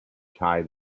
tie